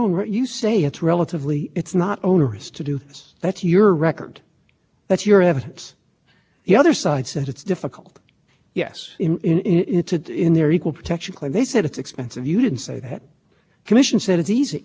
the legal person who actually is getting the money from the government cannot make the contract and by permitting persons to set up elsie's that permits so that at least the person